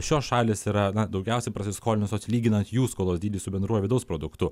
šios šalys yra na daugiausiai prasiskolinusios lyginant jų skolos dydį su bendruoju vidaus produktu